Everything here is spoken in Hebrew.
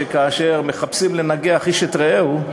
כאשר מחפשים לנגח איש את רעהו,